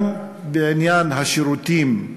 גם בעניין השירותים,